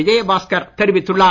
விஜயபாஸ்கர் தெரிவித்துள்ளார்